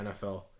NFL